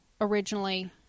originally